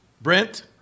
Brent